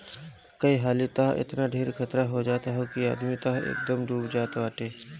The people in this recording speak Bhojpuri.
कई हाली तअ एतना ढेर खतरा हो जात हअ कि आदमी तअ एकदमे डूब जात बाटे